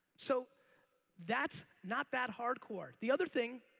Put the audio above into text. so that's not that hard-core. the other thing,